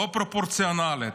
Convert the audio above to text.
לא פרופורציונלית.